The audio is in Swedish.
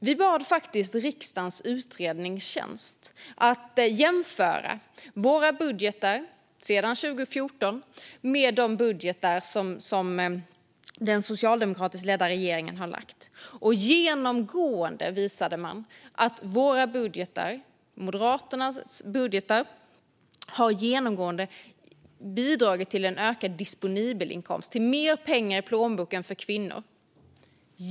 Vi har bett riksdagens utredningstjänst att jämföra våra budgetar sedan 2014 med de budgetar som den socialdemokratiskt ledda regeringen har lagt fram. Genomgående visade det sig att Moderaternas budgetar hade bidragit till en ökad disponibel inkomst, mer pengar i plånboken, för kvinnor.